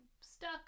stuck